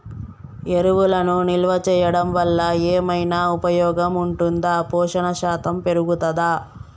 ఎరువులను నిల్వ చేయడం వల్ల ఏమైనా ఉపయోగం ఉంటుందా పోషణ శాతం పెరుగుతదా?